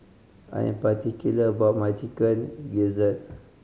I am particular about my Chicken Gizzard